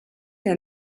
der